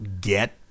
get